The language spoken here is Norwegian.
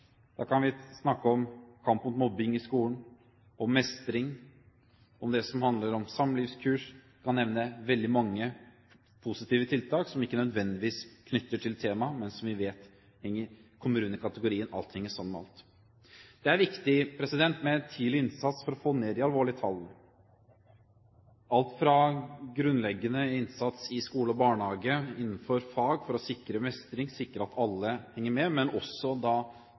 Da kan vi snakke om kamp mot mobbing i skolen, om mestring, om det som handler om samlivskurs – jeg kan nevne veldig mange positive tiltak som ikke nødvendigvis er knyttet til temaet, men som vi vet kommer innunder kategorien «alt henger sammen med alt». Det er viktig med tidlig innsats for å få ned de alvorlige tallene – alt fra grunnleggende innsats i skole og barnehage, innenfor fag for å sikre mestring og sikre at alle henger med,